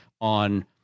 on